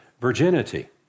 virginity